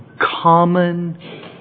common